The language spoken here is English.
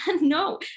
no